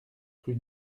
rue